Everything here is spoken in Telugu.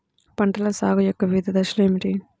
పంటల సాగు యొక్క వివిధ దశలు ఏమిటి?